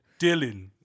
Dylan